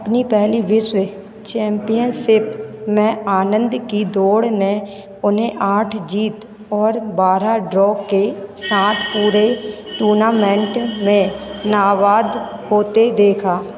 अपनी पहली विश्व चैम्पियनशिप में आनन्द की दौड़ ने उन्हें आठ जीत और बारह ड्रॉ के साथ पूरे टूर्नामेन्ट में नाबाद होते देखा